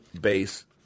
base